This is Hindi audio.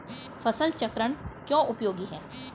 फसल चक्रण क्यों उपयोगी है?